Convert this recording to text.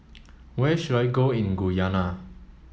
where should I go in Guyana